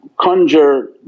conjure